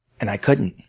and i couldn't.